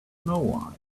know